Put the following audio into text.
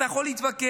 אתה יכול להתווכח,